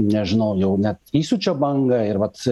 nežinau jau net įsiūčio bangą ir vat